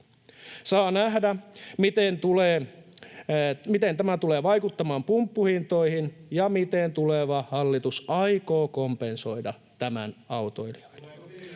Saa nähdä, miten tämä tulee vaikuttamaan pumppuhintoihin ja miten tuleva hallitus aikoo kompensoida tämän autoilijoille.